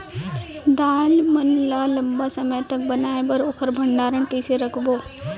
दाल मन ल लम्बा समय तक बनाये बर ओखर भण्डारण कइसे रखबो?